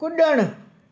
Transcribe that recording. कुॾण